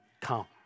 come